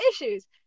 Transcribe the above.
issues